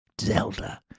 Zelda